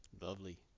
lovely